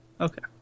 Okay